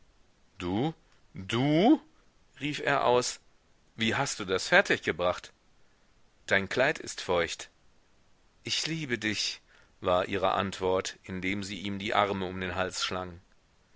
du du rief er aus wie hast du das fertig gebracht dein kleid ist feucht ich liebe dich war ihre antwort indem sie ihm die arme um den hals schlang